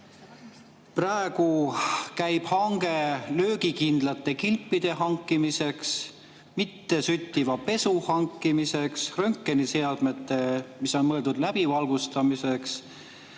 Praegu käib hange löögikindlate kilpide hankimiseks, mittesüttiva pesu hankimiseks ja röntgeniseadmete, mis on mõeldud läbivalgustamiseks,